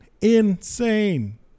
insane